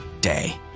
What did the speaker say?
day